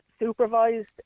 Supervised